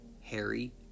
Harry